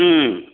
ओम